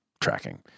tracking